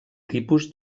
tipus